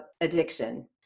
addiction